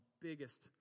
biggest